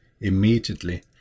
immediately